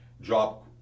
drop